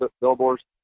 billboards